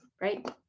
Right